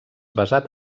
basat